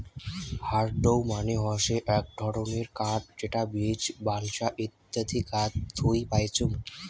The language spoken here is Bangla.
হার্ডউড মানে হসে আক ধরণের কাঠ যেটা বীচ, বালসা ইত্যাদি গাছ থুই পাইচুঙ